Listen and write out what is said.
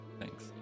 Thanks